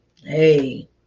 hey